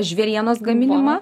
žvėrienos gaminimą